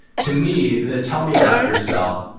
to me, the, tell me about yourself,